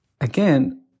again